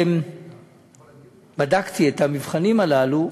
אני בדקתי את המבחנים הללו,